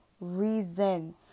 reason